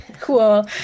cool